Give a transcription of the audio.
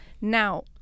Now